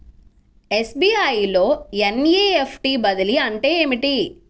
SBI లో NEFT బదిలీ అంటే ఏమిటి?